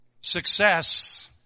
success